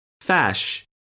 fash